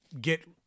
get